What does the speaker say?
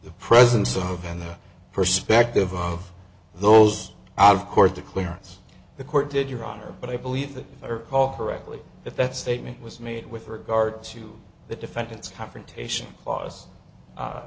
the presence of and the perspective of those out of court the clearance the court did your honor but i believe that or call correctly if that statement was made with regard to the defendant's confrontation claus